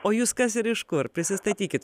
o jūs kas ir iš kur prisistatykit